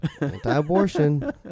anti-abortion